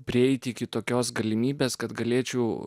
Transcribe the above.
prieiti iki tokios galimybės kad galėčiau